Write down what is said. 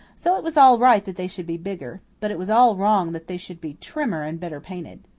so it was all right that they should be bigger but it was all wrong that they should be trimmer and better painted.